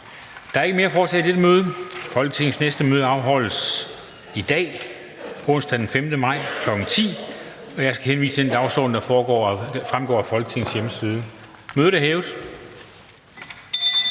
Der er ikke mere at foretage i dette møde. Folketingets næste møde afholdes i dag, onsdag den 5. maj 2021, kl. 10.00. Jeg skal henvise til den dagsorden, der fremgår af Folketingets hjemmeside. Mødet er hævet.